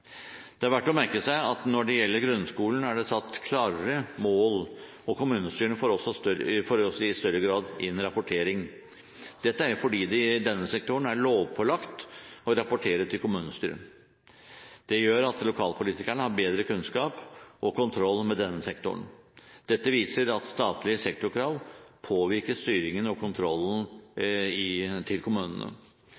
Det er verdt å merke seg at når det gjelder grunnskolen, er det satt klarere mål, og kommunestyrene får også i større grad inn rapportering. Dette er fordi man i denne sektoren er lovpålagt å rapportere til kommunestyret. Det gjør at lokalpolitikerne har bedre kunnskap og kontroll med denne sektoren. Dette viser at statlige sektorkrav påvirker styringen og kontrollen